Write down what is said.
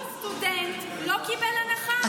מי שסטודנט לא קיבל הנחה.